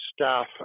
staff